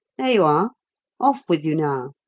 there you are off with you now,